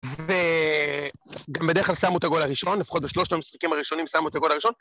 וגם בדרך כלל שמו את הגול הראשון, לפחות בשלושת המשחקים הראשונים שמו את הגול הראשון.